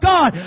God